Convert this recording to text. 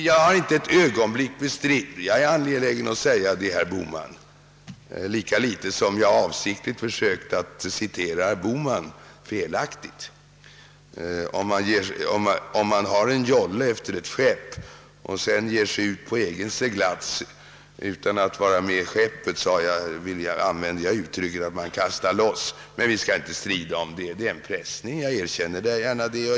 Jag har inte avsiktligt försökt citera herr Bohman felaktigt. Om man sitter i en jolle efter ett skepp och sedan ger sig ut på en egen seglats, tyckte jag det var riktigt att använda uttrycket att kasta loss, men vi bör inte strida om den saken. Det kanske var att pressa uttrycket.